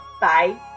Bye